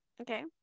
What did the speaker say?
okay